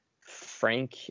Frank